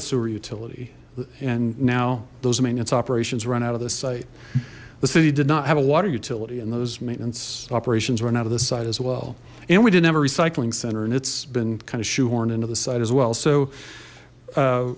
sewer utility and now those maintenance operations run out of this site the city did not have a water utility and those maintenance operations run out of this site as well and we didn't have a recycling center and it's been kind of shoehorn into the site as well so